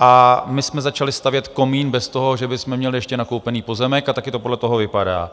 a my jsme začali stavět komín bez toho, že bychom měli ještě nakoupený pozemek, a také to podle toho vypadá.